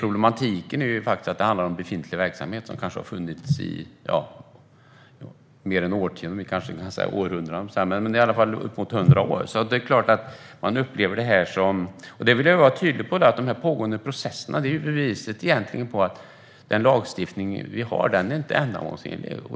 Problemet är att detta handlar om befintlig verksamhet som har funnits i årtionden - århundraden, höll jag på att säga, men i alla fall kanske uppemot hundra år. De pågående processerna, vill jag vara tydlig med, är egentligen ett bevis på att den lagstiftning vi har inte är ändamålsenlig.